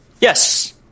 Yes